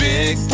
Big